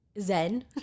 zen